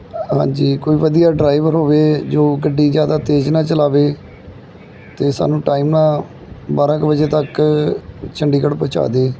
ਹਾਂਜੀ ਕੋਈ ਵਧੀਆ ਡਰਾਈਵਰ ਹੋਵੇ ਜੋ ਗੱਡੀ ਜ਼ਿਆਦਾ ਤੇਜ਼ ਨਾ ਚਲਾਵੇ ਅਤੇ ਸਾਨੂੰ ਟਾਈਮ ਨਾਲ ਬਾਰਾਂ ਕੁ ਵਜੇ ਤੱਕ ਚੰਡੀਗੜ੍ਹ ਪਹੁੰਚਾ ਦੇ